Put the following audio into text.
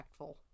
impactful